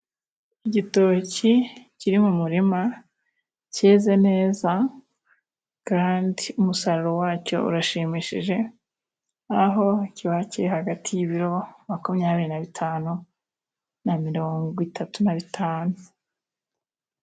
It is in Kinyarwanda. Igitoki kiri mu murima cyeze neza kandi umusaruro wacyo urashimishije, aho kiba kiri hagati y'ibiro makumyabiri na bitanu na mirongo itatu na bitanu.